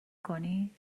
کنی